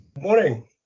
morning